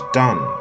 done